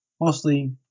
mostly